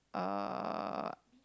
uh